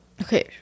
Okay